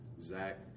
Zach